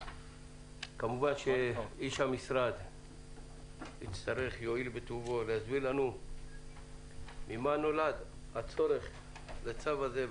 כמובן שאיש המשרד יואיל בטובו להסביר לנו ממה נולד הצורך לצו הזה,